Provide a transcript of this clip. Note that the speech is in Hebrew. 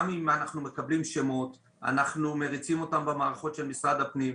גם אם אנחנו מקבלים שמות אנחנו מריצים אותם במערכות של משרד הפנים,